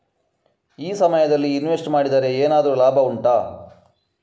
ಈ ಸಮಯದಲ್ಲಿ ಇನ್ವೆಸ್ಟ್ ಮಾಡಿದರೆ ಏನಾದರೂ ಲಾಭ ಉಂಟಾ